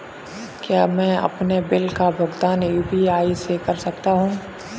क्या मैं अपने बिल का भुगतान यू.पी.आई से कर सकता हूँ?